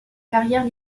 carrière